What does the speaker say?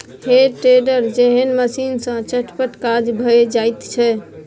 हे टेडर जेहन मशीन सँ चटपट काज भए जाइत छै